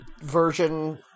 version